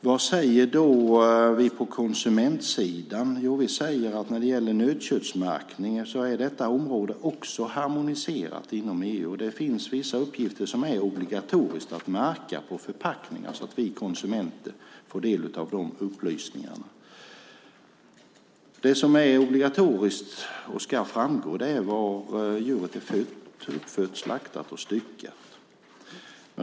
Vad säger vi då på konsumentsidan? Vi säger att när det gäller nötköttsmärkningen är det området också harmoniserat inom EU. Det finns vissa uppgifter som det är obligatoriskt att märka på förpackningar så att vi konsumenter får del av de upplysningarna. Det som är obligatoriskt och ska framgå är var djuret är fött, uppfött, slaktat och styckat.